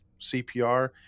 CPR